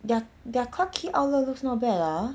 their their clarke quay outlet looks not bad ah